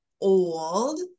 old